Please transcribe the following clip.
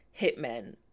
hitmen